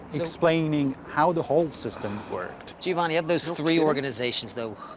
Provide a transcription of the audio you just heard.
explaining how the whole system worked. giovanni of those three organizations, though,